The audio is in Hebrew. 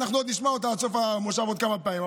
אנחנו עוד נשמע אותה עד סוף המושב עוד כמה פעמים,